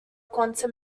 quantum